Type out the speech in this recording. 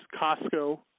Costco